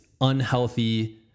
unhealthy